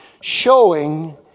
showing